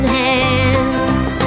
hands